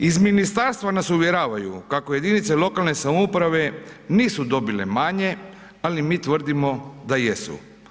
Iz ministarstva nas uvjeravaju kako jedinice lokalne samouprave nisu dobile manje, ali mi tvrdimo da jesu.